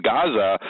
Gaza